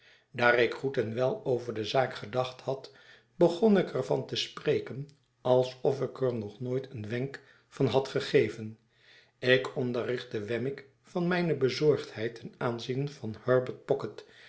daar ik goed en wel over de zaak gedacht had begon ik er van te spreken alsof ik er nog nooit een wenk van had gegeven ik onderrichtte wemmick van mijne bezorgdheid ten aanzien van herbert pocket